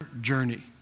journey